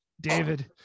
David